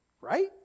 Right